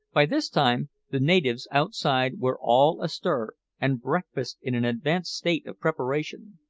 by this time the natives outside were all astir, and breakfast in an advanced state of preparation.